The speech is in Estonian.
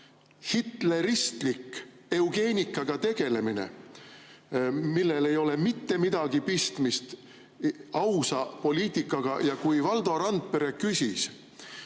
hitleristlik eugeenikaga tegelemine, millel ei ole mitte midagi pistmist ausa poliitikaga. Ja kui Valdo Randpere ütles,